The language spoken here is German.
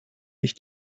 ich